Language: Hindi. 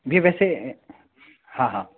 जी वैसे हाँ हाँ